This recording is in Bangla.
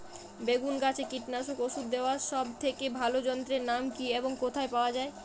বেগুন গাছে কীটনাশক ওষুধ দেওয়ার সব থেকে ভালো যন্ত্রের নাম কি এবং কোথায় পাওয়া যায়?